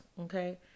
okay